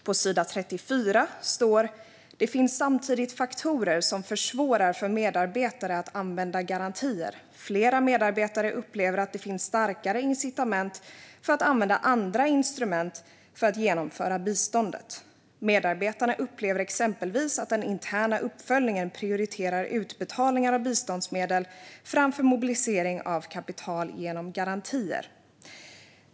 På sidan 34 står det: "Det finns samtidigt faktorer som försvårar för medarbetare att använda garantier. Flera medarbetare upplever att det finns starkare incitament för att använda andra instrument för att genomföra biståndet. Medarbetarna upplever exempelvis att den interna uppföljningen prioriterar utbetalningar av biståndsmedel framför mobiliseringen av kapital genom garantier."